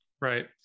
Right